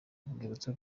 urwibutso